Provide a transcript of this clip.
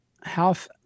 half